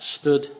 stood